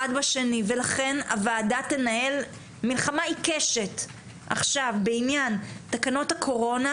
בשני ולכן הוועדה תנהל מלחמה עיקשת עכשיו בעניין תקנות הקורונה,